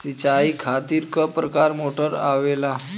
सिचाई खातीर क प्रकार मोटर आवेला?